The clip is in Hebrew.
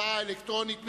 הצבעה אלקטרונית.